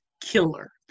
Killer